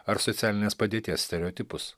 ar socialinės padėties stereotipus